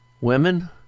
Women